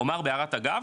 אומר בהערת אגב